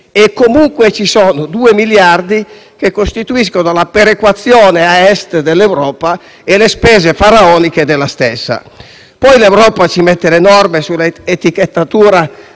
E comunque ci sono 2 miliardi che costituiscono la perequazione a Est dell'Europa e le spese faraoniche della stessa. Poi l'Europa ci mette le norme sull'etichettatura